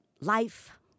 life